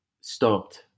stopped